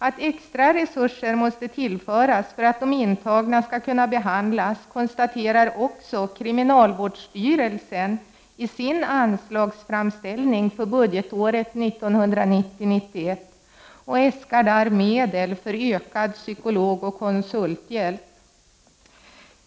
Att extra resurser måste tillföras för att de intagna skall kunna behandlas, konstaterar också kriminalvårdsstyrelsen i sin anslagsframställning för budgetåret 1990/91 och äskar där medel för ökad psykologoch konsulthjälp.